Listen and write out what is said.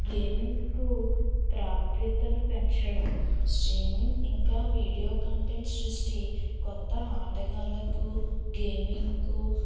gaming కు ప్రాప్యతను పెంచడం స్ట్రీమింగ్ ఇంకా వీడియో కంటెంట్ సృష్టి కొత్త ఆటగాళ్ళకు గేమింగ్ కు